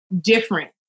different